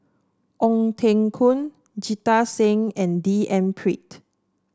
Ong Teng Koon Jita Singh and D N Pritt